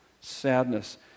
sadness